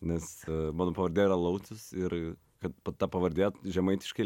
nes mano pavardė yra laucius ir kad ta pavardė žemaitiškai